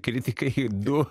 kritikai du